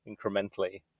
incrementally